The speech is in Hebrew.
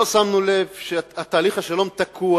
לא שמנו לב שתהליך השלום תקוע